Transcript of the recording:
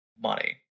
money